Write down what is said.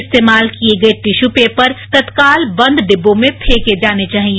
इस्तेमाल किये गये टिश्यू पेपर तत्काल बंद डिब्बों में फेंके जाने चाहिए